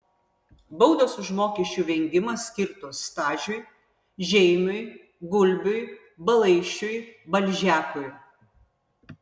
baudos už mokesčių vengimą skirtos s stažiui r žeimiui e gulbiui r balaišiui a balžekui